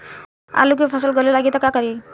आलू के फ़सल गले लागी त का करी?